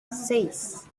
seis